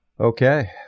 Okay